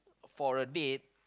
for a date